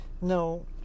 No